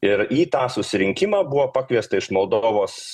ir į tą susirinkimą buvo pakviesta iš moldovos